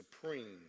supreme